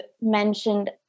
mentioned